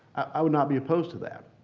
i would not be opposed to that.